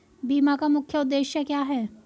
बीमा का मुख्य उद्देश्य क्या है?